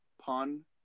pun